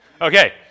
Okay